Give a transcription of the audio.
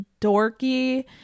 dorky